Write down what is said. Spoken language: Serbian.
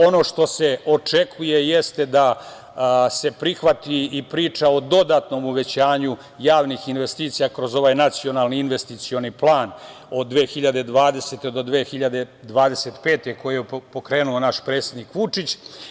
Ono što se očekuje jeste da se prihvati i priča o dodatnom uvećanju javnih investicija kroz ovaj NIP od 2020. do 2025. koji je pokrenuo naš predsednik Vučić.